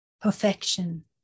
perfection